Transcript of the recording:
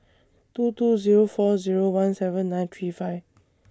two two Zero four Zero one seven nine three five